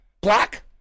black